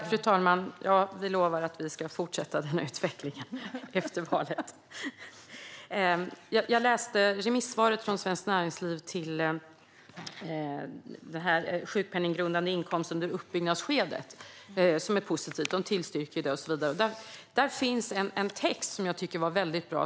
Fru talman! Vi lovar att vi ska fortsätta med det arbetet efter valet, Annika Strandhäll. Jag läste remissvaret från Svenskt Näringsliv om den sjukpenninggrundande inkomsten under uppbyggnadsskedet. De är positiva och tillstyrker det och så vidare. Det finns en text i svaret som jag tycker är väldigt bra.